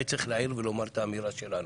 היה צריך להעיר ולומר את האמירה שלנו.